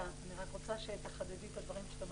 אני רוצה שתחדדי את הדברים שאת אומרת.